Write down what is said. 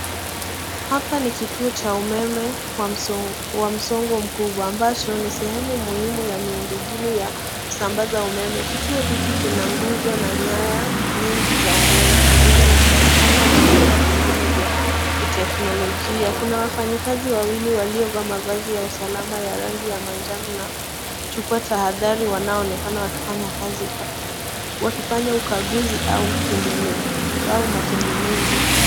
Hapa ni kituo cha umeme wa msongo mkubwa ambacho ni sehemu ya miundombinu ya kusambza umeme. Kituo hiki kina guzo na nyanya nyingi za umeme pamoja na trasnformar na vifaa vingine vya kiteknolojia. Kuna wafanyikazi wawili waliovaa mavazi ya usalama ya rangi ya manjano kuchukuwa tahadhari wanaonekana wakifanya ukaguzi au mategenezo.